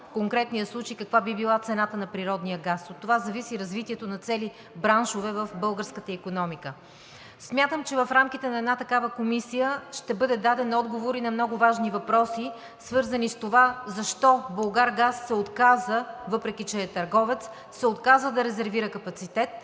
в конкретния случай – каква би била цената на природния газ. От това зависи развитието на цели браншове в българската икономика. Смятам, че в рамките на една такава комисия ще бъде даден отговор и на много важни въпроси, свързани с това защо „Булгаргаз“ се отказа, въпреки че е търговец, да резервира капацитет